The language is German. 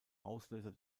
auslöser